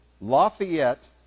Lafayette